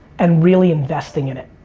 and really investing in it.